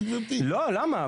לא, למה?